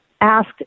asked